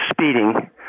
speeding